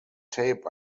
tape